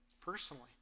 personally